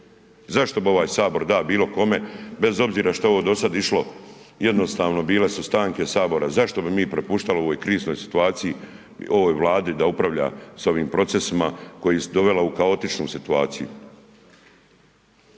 Zašto bi ovaj Sabor dao bilo kome bez obzira što je ovo do sada išlo jednostavno bile su stanke Sabora, zašto bi mi propuštali u ovoj kriznoj situaciji ovoj Vladi da upravlja s ovim procesima koje je dovela u kaotičnu situaciju?